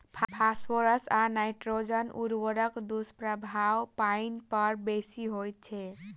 phosphorus आ nitrogen उर्वरकक दुष्प्रभाव पाइन पर बेसी होइत छै